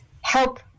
help